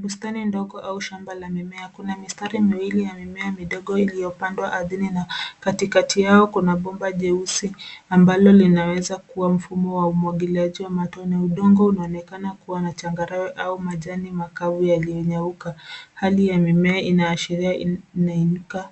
Bustani ndogo au shamba la mimea. Kuna mistari miwili midogo iliyopandwa ardhini na katikati yao kuna bomba jeusi ambalo linaweza kuwa mfumo wa umwangiliaji wa matone. Udongo unaonekana kuwa na changarawe au majani makavu yaliyonyauka. Hali ya mimea inaashiria inainuka